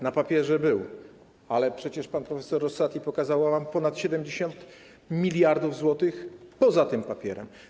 Na papierze był, ale przecież pan prof. Rosati pokazywał nam ponad 70 mld zł poza tym papierem.